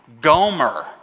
Gomer